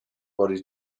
body